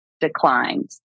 declines